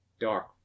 dark